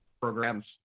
programs